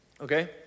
okay